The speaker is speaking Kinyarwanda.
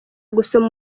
gusoma